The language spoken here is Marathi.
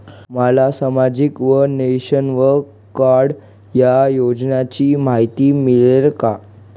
मला सामाजिक वन नेशन, वन कार्ड या योजनेची माहिती मिळेल का?